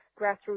grassroots